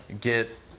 get